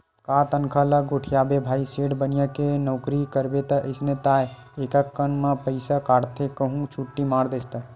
का तनखा ल गोठियाबे भाई सेठ बनिया के नउकरी करबे ता अइसने ताय एकक कन म पइसा काटथे कहूं छुट्टी मार देस ता